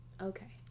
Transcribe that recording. Okay